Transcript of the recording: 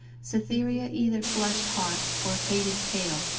cytherea either flushed hot or faded pale,